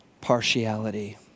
partiality